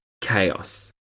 Chaos